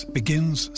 begins